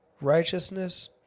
righteousness